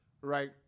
right